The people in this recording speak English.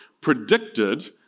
predicted